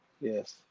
yes